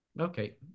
Okay